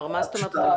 מה זאת אומרת, לא מכיר?